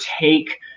take